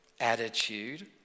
attitude